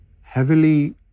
heavily